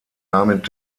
damit